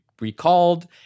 recalled